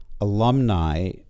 alumni